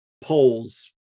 polls